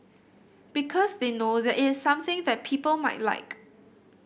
because they know that it is something that people might like